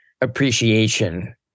appreciation